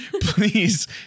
Please